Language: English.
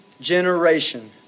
generation